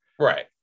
Right